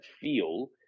feel